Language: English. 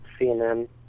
CNN